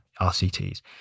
RCTs